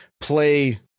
play